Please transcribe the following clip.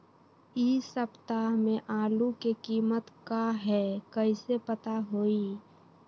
इ सप्ताह में आलू के कीमत का है कईसे पता होई?